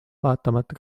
vaatamata